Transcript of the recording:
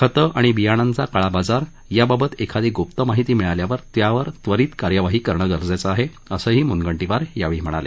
खतं आणि बियाणांचा काळाबाजार याबाबत एखादी ग्प्त माहिती मिळाल्यावर त्यावर त्वरीत कार्यवाही होणं गरजेचं आहे असं म्नगंटीवार यावेळी म्हणाले